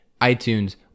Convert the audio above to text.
iTunes